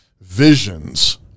visions